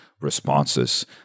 responses